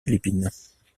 philippines